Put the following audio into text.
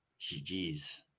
GG's